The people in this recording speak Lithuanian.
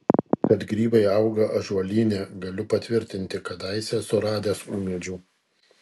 kad grybai auga ąžuolyne galiu patvirtinti kadaise esu radęs ūmėdžių